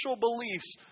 beliefs